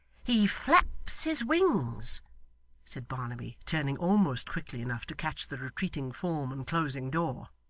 he flaps his wings said barnaby, turning almost quickly enough to catch the retreating form and closing door,